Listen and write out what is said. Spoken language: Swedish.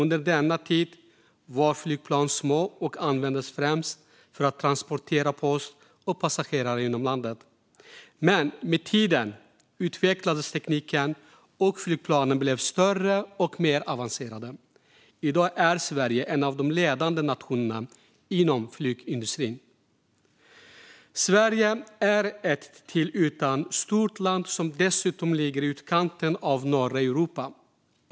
Under denna tid var flygplanen små och användes främst för att transportera post och passagerare inom landet. Med tiden utvecklades tekniken, och flygplanen blev större och mer avancerade. I dag är Sverige en av de ledande nationerna inom flygindustrin. Sverige är ett till ytan stort land som dessutom ligger i utkanten av norra Europa.